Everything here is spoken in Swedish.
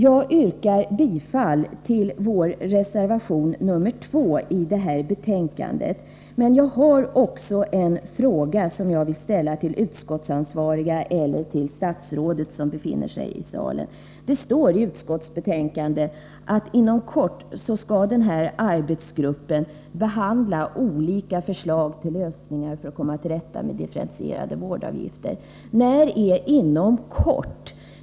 Jag yrkar bifall till vår reservation nr 2 i betänkandet. Till sist vill jag ställa en fråga till dem som svarar för utskottet eller till statsrådet, som nu befinner sig i kammaren. Det står i utskottsbetänkandet att arbetsgruppen inom kort skall behandla olika förslag till lösningar för att komma till rätta med frågan om de differentierade vårdavgifterna. Vad avses med ”inom kort”?